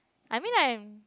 I mean I'm